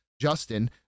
Justin